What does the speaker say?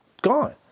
Gone